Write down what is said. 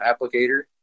applicator